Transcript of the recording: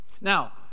Now